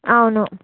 అవును